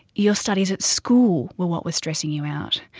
your studies at school were what was stressing you out.